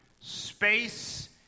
space